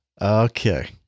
Okay